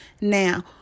Now